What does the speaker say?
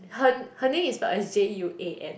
her her name is spelled as J U A N